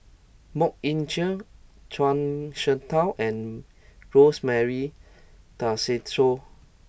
Mok Ying Jang Zhuang Shengtao and Rosemary Tessensohn